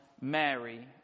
Mary